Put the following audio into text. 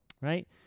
right